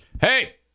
hey